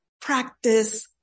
practice